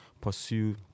pursue